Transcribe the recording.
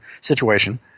situation